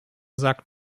sagt